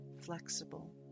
Flexible